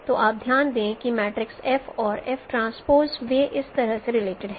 तो आप ध्यान दें कि मैट्रिक्स F और F ट्रांसपोज़ वे इस तरह से रिलेटिड हैं